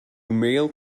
male